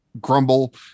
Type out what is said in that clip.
grumble